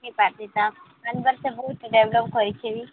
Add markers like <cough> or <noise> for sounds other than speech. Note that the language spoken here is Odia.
ଠିକ୍ଅଛି ତ <unintelligible> କହିଛି ବି